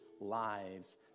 lives